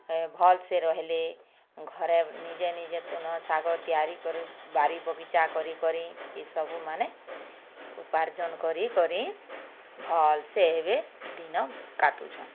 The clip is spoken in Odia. ଭଲ୍ସେ ରହଲେ ଘରେ ନିଜେ ନିଜେ ତୁନ ଶାଗ ତିଆରି କରି ବାରି ବଗିଚା କରି କରି ଏ ସବୁ ମାନେ ଉପାର୍ଜନ୍ କରି କରି ଭଲ୍ସେ ଏବେ ଦିନ କାଟୁଛନ୍